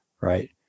right